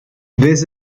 this